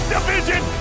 Division